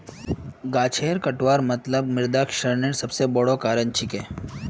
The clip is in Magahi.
गाछेर कटवार मतलब मृदा क्षरनेर सबस बोरो कारण छिके